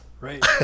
Right